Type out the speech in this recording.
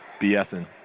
BSing